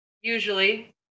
usually